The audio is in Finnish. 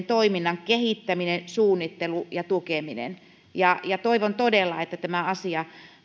toiminnan kehittäminen suunnittelu ja tukeminen toivon todella että tätä asiaa